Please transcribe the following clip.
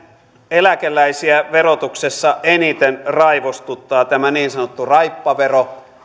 eläkeläisiä verotuksessa eniten raivostuttaa tämä niin sanottu raippavero